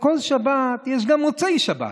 לכל שבת יש גם מוצאי שבת.